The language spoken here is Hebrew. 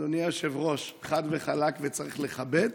אדוני היושב-ראש, חד וחלק, וצריך לכבד.